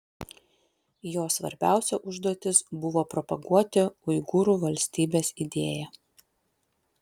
jo svarbiausia užduotis buvo propaguoti uigūrų valstybės idėją